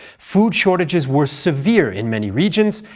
food shortages were severe in many regions,